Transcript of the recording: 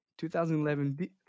2011